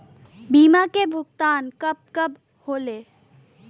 बीमा के भुगतान कब कब होले?